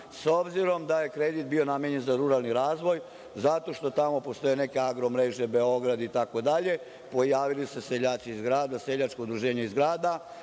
s obzirom da je kredit bio namenjen za ruralni razvoj, zato što tamo postoje neke agro mreže Beograd, itd. Pojavili se seljaci iz grada, seljačko udruženje iz grada